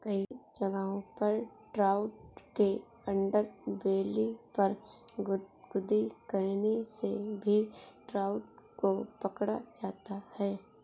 कई जगहों पर ट्राउट के अंडरबेली पर गुदगुदी करने से भी ट्राउट को पकड़ा जाता है